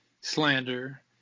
slander